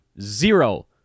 Zero